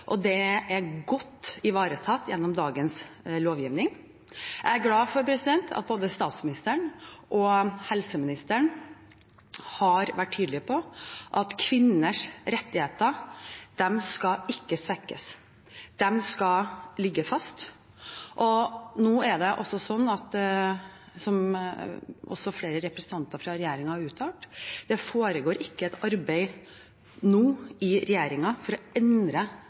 og det er godt ivaretatt gjennom dagens lovgivning. Jeg er glad for at både statsministeren og helseministeren har vært tydelig på at kvinners rettigheter ikke skal svekkes. De skal ligge fast. Og som også flere representanter fra regjeringen har uttalt: Det foregår ikke nå et arbeid i regjeringen for å endre